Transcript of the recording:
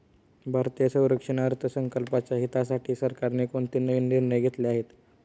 भारतीय संरक्षण अर्थसंकल्पाच्या हितासाठी सरकारने कोणते नवीन निर्णय घेतले आहेत?